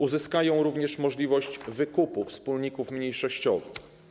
Uzyskają również możliwość wykupu wspólników mniejszościowych.